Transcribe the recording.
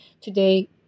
today